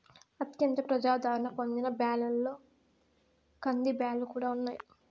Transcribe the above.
అత్యంత ప్రజాధారణ పొందిన బ్యాళ్ళలో కందిబ్యాల్లు కూడా ఉన్నాయి